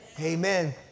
amen